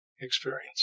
experience